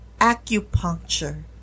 acupuncture